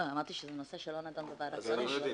לא, אני אמרתי שזה נושא שלא נדון בוועדת שרים.